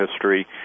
history